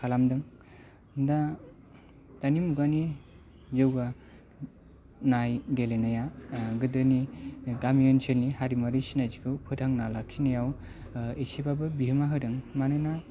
खालामदों दा दानि मुगानि जौगानाय गेलेनाया गोदोनि गामि ओनसोलनि हारिमुवारि सिनायथिखौ फोथांना लाखिनायाव इसेबाबो बिहोमा होदों मानोना